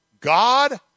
God